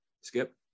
Skip